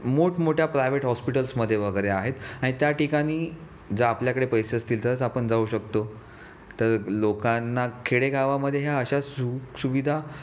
मोठमोठ्या प्रायव्हेट हॉस्पिटल्समध्ये वगैरे आहेत आणि त्या ठिकाणी जर आपल्याकडे पैसे असतील तरच आपण जाऊ शकतो तर लोकांना खेडेगावामध्ये ह्या अशा सुखसुविधा